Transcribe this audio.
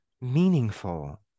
meaningful